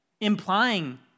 implying